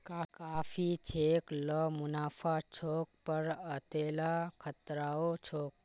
काफी बेच ल मुनाफा छोक पर वतेला खतराओ छोक